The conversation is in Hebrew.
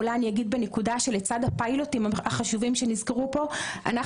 אולי אני אגיד בנקודה שלצד הפיילוטים החשובים שנזכרו פה אנחנו